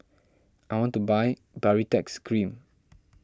I want to buy Baritex Cream